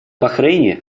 бахрейне